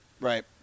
Right